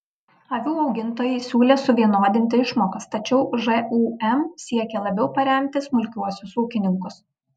avių augintojai siūlė suvienodinti išmokas tačiau žūm siekė labiau paremti smulkiuosius ūkininkus